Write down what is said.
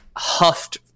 huffed